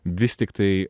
vis tiktai